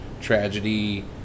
tragedy